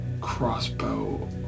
crossbow